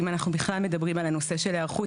אם אנחנו בכלל מדברים על הנושא של היערכות